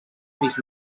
fills